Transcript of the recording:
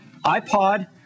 iPod